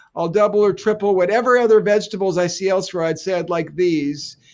i'll double or triple whatever other vegetables i see elsewhere. i'd say i'd like these.